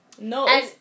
No